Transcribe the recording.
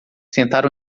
tentaram